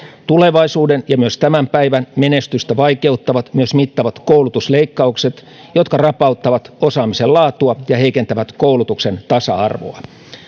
tulevaisuuden ja myös tämän päivän menestystä vaikeuttavat myös mittavat koulutusleikkaukset jotka rapauttavat osaamisen laatua ja heikentävät koulutuksen tasa arvoa